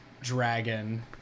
dragon